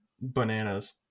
bananas